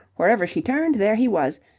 wherever she turned, there he was,